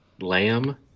Lamb